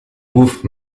gouffre